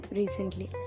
recently